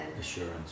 Assurance